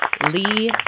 Lee